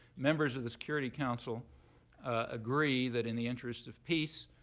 members of the security council agree that in the interest of peace,